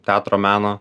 teatro meno